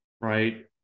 right